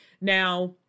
Now